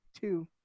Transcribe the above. Two